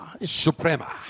Suprema